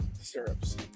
Syrups